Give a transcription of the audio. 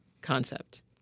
concept